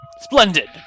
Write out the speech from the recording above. Splendid